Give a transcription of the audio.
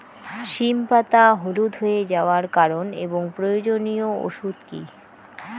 সিম পাতা হলুদ হয়ে যাওয়ার কারণ এবং প্রয়োজনীয় ওষুধ কি?